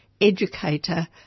educator